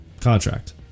contract